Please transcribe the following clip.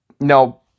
No